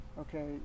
okay